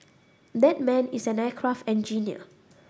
that man is an aircraft engineer